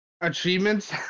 achievements